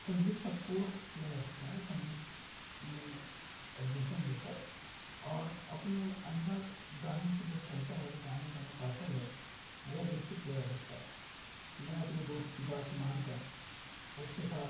संगीत का कोर्स किया जा सकता है संगीत में एडमिशन लेकर और अपने अंदर गाने की जो क्षमता है गाने का जो कौशल है वो विकसित किया जा सकता है मैं अपने दोस्त की बात मानकर उसके साथ